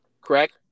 Correct